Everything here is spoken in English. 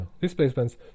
displacements